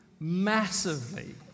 massively